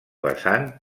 vessant